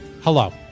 Hello